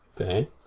Okay